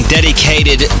Dedicated